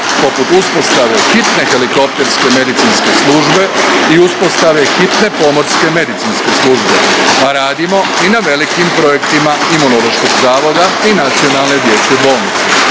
poput uspostave hitne helikopterske medicinske službe i uspostave hitne pomorske medicinske službe, a radimo i na velikim projektima Imunološkog zavoda i Nacionalne dječje bolnice.